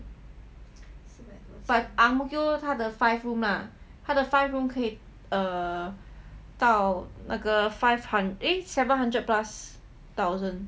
but ang mo kio 他的 five room lah 他的 five room 可以 err 到那个 five hundred eh seven hundred plus thousand